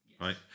right